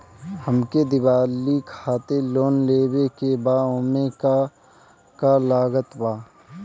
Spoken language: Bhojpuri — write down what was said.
हमके दिवाली खातिर लोन लेवे के बा ओमे का का लागत बा?